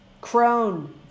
Crone